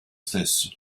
stesso